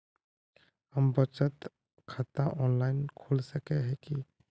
हम बचत खाता ऑनलाइन खोल सके है की?